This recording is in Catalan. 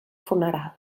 funeral